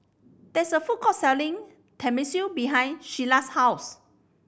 there is a food court selling Tenmusu behind Shelli's house